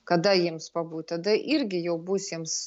kada jiems pabūt tada irgi jau bus jiems